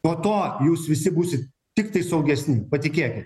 nuo to jūs visi būsit tiktai saugesni patikėkit